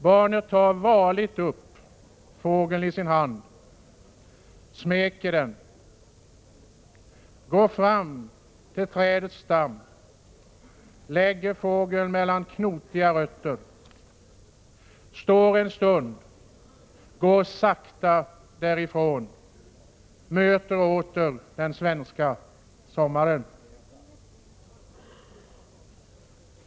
Barnet tar varligt upp fågeln i sin hand, smeker den, går fram till trädets stam, lägger fågeln mellan knotiga rötter, står en stund, går sakta därifrån, möter åter den svenska sommaren.